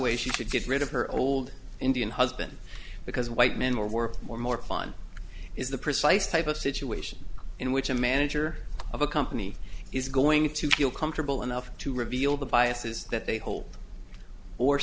way she could get rid of her old indian husband because white men will work for more fun is the precise type of situation in which a manager of a company is going to feel comfortable enough to reveal the biases that they hold or